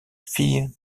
fille